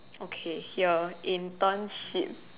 okay here internship